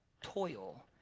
toil